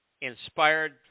inspired